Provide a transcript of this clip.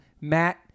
Matt